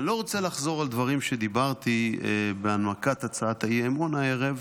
אני לא רוצה לחזור על דברים שדיברתי בהנמקת הצעת האי-אמון הערב